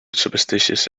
superstitious